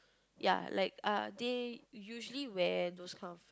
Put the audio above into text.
ya like uh they usually wear those kind of